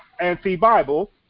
anti-Bible